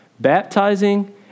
baptizing